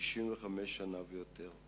65 שנה ויותר.